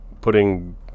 putting